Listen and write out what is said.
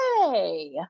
Hey